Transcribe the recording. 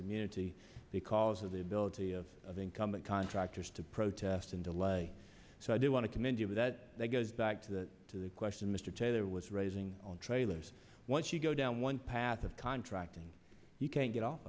community because of the ability of of incumbent contractors to protest and delay so i do want to commend you that goes back to that to the question mr taylor was raising on trailers once you go down one path of contracting you can't get